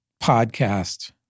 podcast